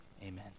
Amen